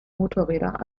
motorräder